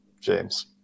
James